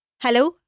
Hello